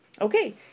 Okay